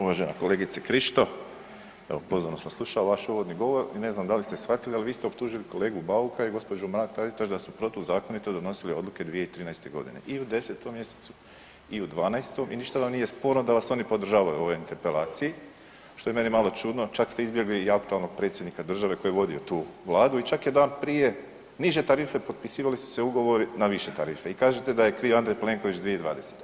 Uvažena kolegice Krišto, evo pozorno sam slušao vaš uvodni govor i ne znam da li ste shvatili, al vi ste optužili kolegu Bauka i gđu. Mrak-Taritaš da su protuzakonito donosili odluke 2013.g. i u 10. mjesecu i u 12. i ništa vam nije sporno da vas oni podržavaju u ovoj interpelaciji, što je meni malo čudno, čak ste izbjegli i aktualnog predsjednika države koji je vodio tu vladu i čak je dan prije, niže tarife potpisivali su se ugovori na više tarife i kažete da je kriv Andrej Plenković 2020.